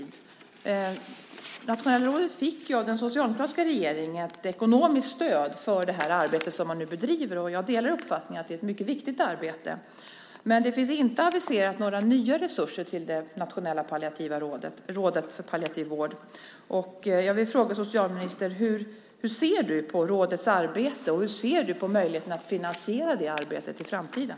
Det nationella rådet fick ju av den socialdemokratiska regeringen ett ekonomiskt stöd för det arbete som man nu bedriver. Jag delar uppfattningen att det är ett mycket viktigt arbete. Det finns inte aviserat några nya resurser till Nationella rådet för palliativ vård. Jag vill fråga socialministern: Hur ser du på rådets arbete och hur ser du på möjligheten att finansiera det arbetet i framtiden?